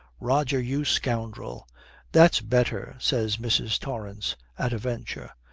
roger, you scoundrel that's better says mrs. torrance at a venture.